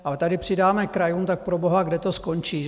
Ale tady přidáme krajům, tak proboha, kde to skončí?